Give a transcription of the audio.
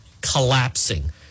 collapsing